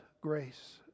grace